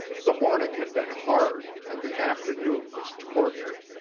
the morning had been hard and the afternoon was torture.